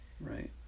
Right